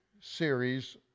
series